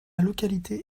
localité